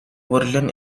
version